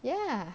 ya